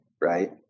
Right